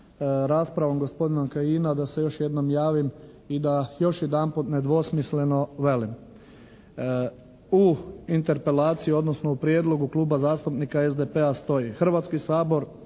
raspravom gospodina Kajina da se još jednom javim i da još jedanput nedvosmisleno velim. U interpelaciji, odnosno u prijedlogu Kluba zastupnika SDP-a stoji: Hrvatski sabor,